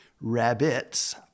rabbits